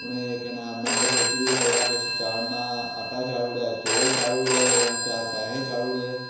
उनें केह् नांऽ मंदर बिच्च बी थोह्ड़ा किश चाढ़ना आटा चाढ़ी ओड़ेआ चौल चाढ़ी ओड़े जां चार पैहे चाढ़ी ओड़े